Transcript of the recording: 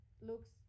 looks